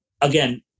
again